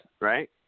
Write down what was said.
right